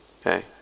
okay